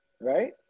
right